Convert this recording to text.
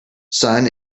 sun